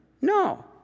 No